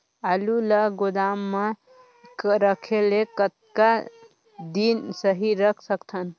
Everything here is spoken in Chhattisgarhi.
आलू ल गोदाम म रखे ले कतका दिन सही रख सकथन?